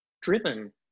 driven